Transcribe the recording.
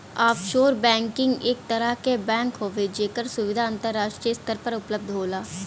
offshore banking एक तरह क बैंक हउवे जेकर सुविधा अंतराष्ट्रीय स्तर पर उपलब्ध होला